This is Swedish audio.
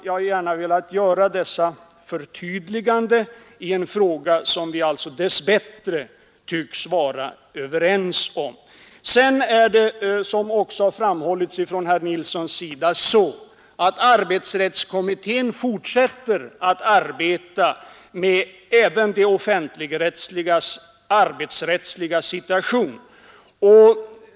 Jag har gärnat velat göra dessa förtydliganden i en fråga som vi alltså dess bättre tycks vara överens om. Som också har framhållits av herr Nilsson i Östersund fortsätter arbetsrättskommittén att arbeta även med de offentliganställdas arbetsrättsliga situation.